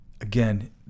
again